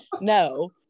no